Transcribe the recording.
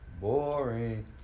Boring